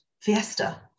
Fiesta